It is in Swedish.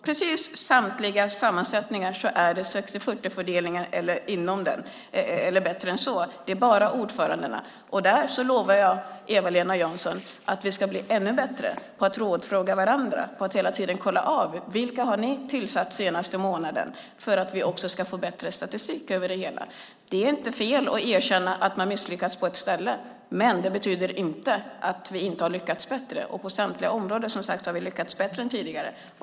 Det är 60-40-fördelning eller bättre än så i samtliga sammansättningar förutom när det gäller ordförandena. Där lovar jag Eva-Lena Jansson att vi ska bli ännu bättre på att rådfråga varandra och hela tiden kolla av vilka som har tillsatts under den senaste månaden för att vi också ska få en bättre statistik över det hela. Det är inte fel att erkänna att man har misslyckats på ett ställe, men det betyder inte att vi inte har lyckats bättre. På samtliga områden har vi lyckats bättre än tidigare.